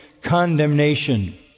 condemnation